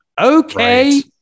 Okay